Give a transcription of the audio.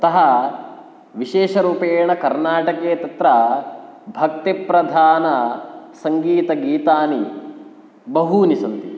अतः विशेषरूपेण कर्णाटके तत्र भक्तिप्रधानसङ्गीतगीतानि बहूनि सन्ति